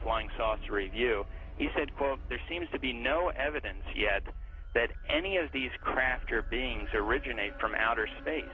flying saucer review he said quote there seems to be no evidence yet that any of these craft or beings originate from outer space